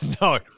No